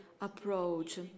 approach